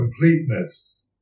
completeness